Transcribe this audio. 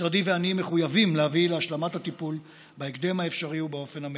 משרדי ואני מחויבים להביא להשלמת הטיפול בהקדם האפשרי ובאופן המיטבי.